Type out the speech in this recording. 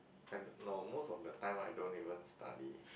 I don't know most of the time I don't even study